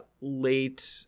late